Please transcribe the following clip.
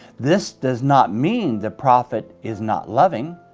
this does not mean the prophet is not loving.